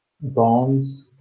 Bonds